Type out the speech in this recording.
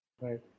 Right